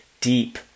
deep